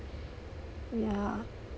yeah